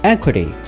Equity